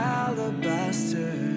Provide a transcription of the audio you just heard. alabaster